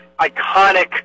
iconic